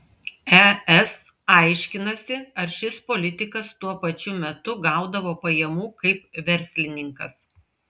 es aiškinasi ar šis politikas tuo pačiu metu gaudavo pajamų kaip verslininkas